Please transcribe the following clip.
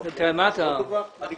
דווח, לא דווח.